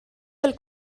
del